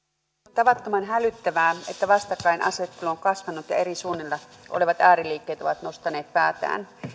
tavattoman hälyttävää että vastakkainasettelu on kasvanut ja eri suunnilla olevat ääriliikkeet ovat nostaneet päätään